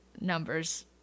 numbers